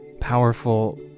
Powerful